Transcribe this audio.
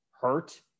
hurt